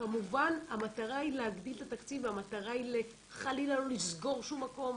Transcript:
כמובן המטרה היא להגדיל את התקציב והמטרה היא חלילה לא לסגור שום מקום,